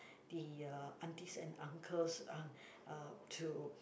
the aunties and uncles uh uh to